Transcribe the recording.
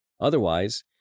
Otherwise